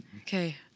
Okay